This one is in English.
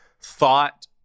thought